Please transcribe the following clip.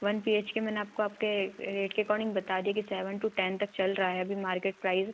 one B H K मैंने आपको आपके रेट के अकॉर्डिंग बता दिया कि सेवेन टू टेन तक चल रहा है अभी मार्केट प्राइज़